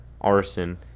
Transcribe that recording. arson